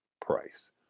price